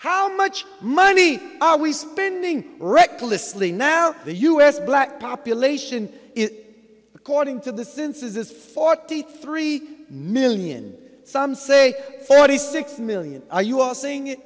how much money are we spending recklessly now the u s black population it according to the census is forty three million some say forty six million are you are saying